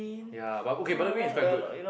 ya but okay but Bedok Green is quite good